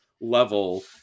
level